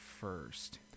first